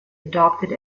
adopted